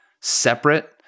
separate